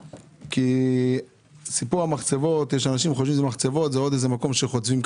יש אנשים שחושבים שמחצבות זה עוד איזה מקום שחוצבים,